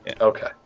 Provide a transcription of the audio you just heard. Okay